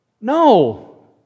No